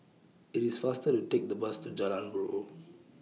IT IS faster to Take The Bus to Jalan Buroh